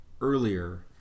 earlier